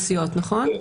טוב,